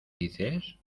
dices